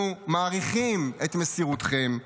אנחנו מעריכים את מסירותכם,